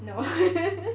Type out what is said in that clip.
no